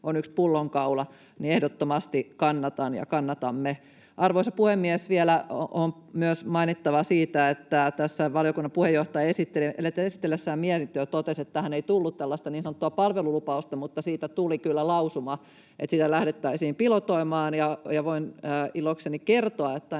on yksi pullonkaula, ehdottomasti kannatan ja kannatamme. Arvoisa puhemies! Vielä on myös mainittava siitä, että tässä valiokunnan puheenjohtaja esitellessään mietintöä totesi, että tähän ei tullut niin sanottua palvelulupausta mutta siitä tuli kyllä lausuma, että sitä lähdettäisiin pilotoimaan. Voin ilokseni kertoa, että